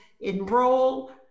enroll